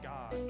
God